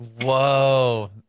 Whoa